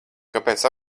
kāpēc